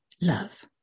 love